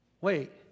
Wait